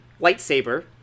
lightsaber